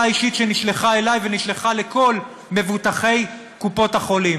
האישית שנשלחה אלי ונשלחה לכל מבוטחי קופות-החולים.